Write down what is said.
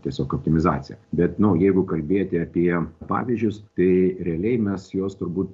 tiesiog optimizacija bet nu jeigu kalbėti apie pavyzdžius kai realiai mes juos turbūt